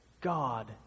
God